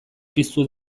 piztu